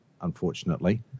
unfortunately